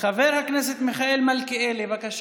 חבר הכנסת מיכאל מלכיאלי, בבקשה,